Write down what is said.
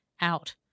out